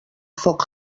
foc